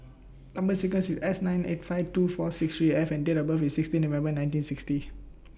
Number sequence IS S nine eight five two four six three F and Date of birth IS sixteen November nineteen sixty